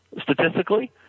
statistically